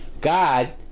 God